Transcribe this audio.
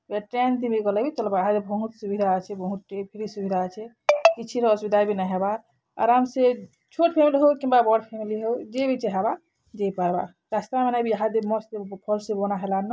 ବେଲେ ଟ୍ରେନ୍ତି ବି ଗଲେ ବି ଚଲ୍ବା ଇହାଦେ ବହୁତ୍ ସୁବିଧା ଅଛେ ବହୁତ୍ଟେ ଏତ୍କିଟେ ସୁବିଧା ଅଛେ କିଛିର ଅସୁବିଧା ବି ନାଇ ହେବାର୍ ଆରାମ୍ସେ ଛୋଟ୍ ଫ୍ୟାମିଲି ହଉ କିମ୍ବା ବଡ଼୍ ଫ୍ୟାମିଲି ହଉ ଯେ ବି ଚାହେଁବା ଯାଇପାର୍ବା ରାସ୍ତାମାନେ ବି ଇହାଦେ ମସ୍ତ୍ ଭଲ୍ସେ ବନାହେଲାନ